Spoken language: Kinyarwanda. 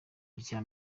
icya